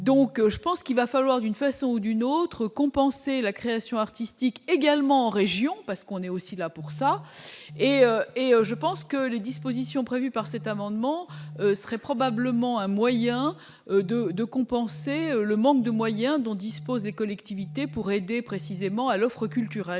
donc je pense qu'il va falloir d'une façon ou d'une autre compenser la création artistique, également en région, parce qu'on est aussi là pour ça et et je pense que les dispositions prévues par cet amendement serait probablement un moyen de de compenser le manque de moyens dont disposent des collectivités pour aider précisément à l'offre culturelle,